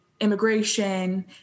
immigration